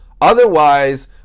Otherwise